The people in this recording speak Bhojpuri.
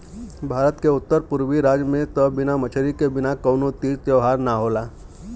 भारत के उत्तर पुरबी राज में त बिना मछरी के बिना कवनो तीज त्यौहार ना होला